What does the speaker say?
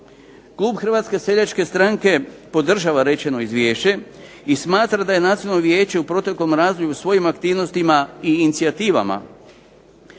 Klub HSS-a podržava rečeno izvješće i smatra da je Nacionalno vijeće u proteklom razdoblju u svojim aktivnostima i incijativama